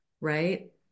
right